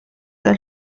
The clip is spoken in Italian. dal